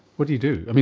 what do you do?